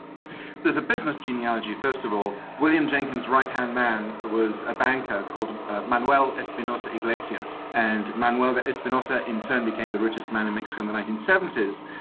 there's a business genealogy, first of all. william jenkins's right-hand man was a banker called manuel espinosa yglesias, and manuel espinosa in turn became the richest man in mexico in the nineteen seventy s.